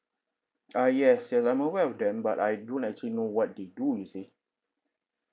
ah yes yes I'm aware of them but I don't actually know what they do you see